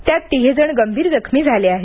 त्यात तिघेजण गंभीर जखमी झाले आहेत